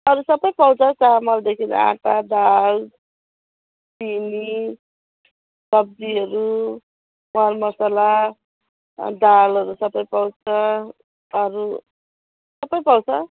अरू सबै पाउँछ चामलदेखि आँटा दाल चिनी सब्जीहरू मरमसाला दालहरू सबै पाउँछ अरू सबै पाउँछ